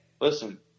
listen